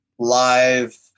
live